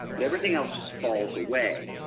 but everything else just falls away,